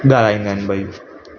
ॻाल्हाईंदा आहिनि भई